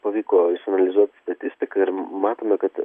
pavyko išanalizuoti statistiką ir matome kad